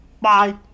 Bye